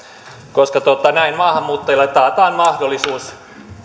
koska näin maahanmuuttajille taataan mahdollisuus